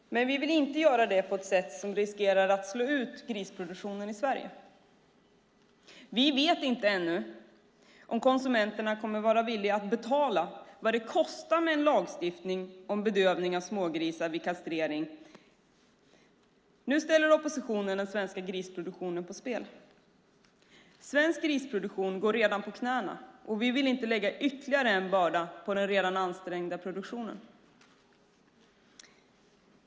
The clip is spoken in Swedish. Men vi vill inte göra det på ett sätt som riskerar att slå ut grisproduktionen i Sverige. Vi vet inte ännu om konsumenterna kommer att vara villiga att betala vad det kostar med en lagstiftning om bedövning av smågrisar vid kastrering. Nu ställer oppositionen den svenska grisproduktionen på spel. Svensk grisproduktion går redan på knäna, och vi vill inte lägga ytterligare en börda på den redan ansträngda produktionen.